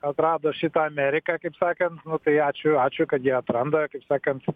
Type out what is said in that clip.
atrado šitą ameriką kaip sakant nu tai ačiū ačiū kad jie atranda kaip sakant